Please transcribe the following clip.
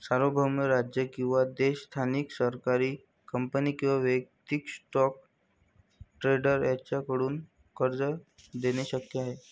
सार्वभौम राज्य किंवा देश स्थानिक सरकारी कंपनी किंवा वैयक्तिक स्टॉक ट्रेडर यांच्याकडून कर्ज देणे शक्य आहे